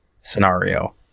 scenario